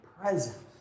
presence